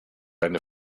eine